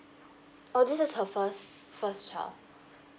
oh this is her first first child